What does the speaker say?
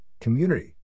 community